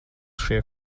šie